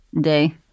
day